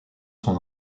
son